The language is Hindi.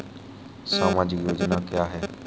सामाजिक योजना क्या है?